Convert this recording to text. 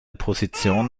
position